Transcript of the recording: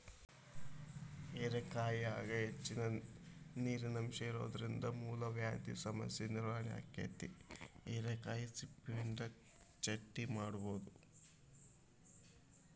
ಹೇರೆಕಾಯಾಗ ಹೆಚ್ಚಿನ ನೇರಿನಂಶ ಇರೋದ್ರಿಂದ ಮೂಲವ್ಯಾಧಿ ಸಮಸ್ಯೆ ನಿವಾರಣೆ ಆಕ್ಕೆತಿ, ಹಿರೇಕಾಯಿ ಸಿಪ್ಪಿನಿಂದ ಚಟ್ನಿ ಮಾಡಬೋದು